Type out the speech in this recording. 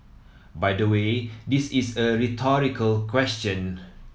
by the way this is a rhetorical question